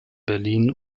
berlin